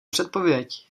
předpověď